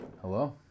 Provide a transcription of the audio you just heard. Hello